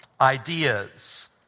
Ideas